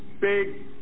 Big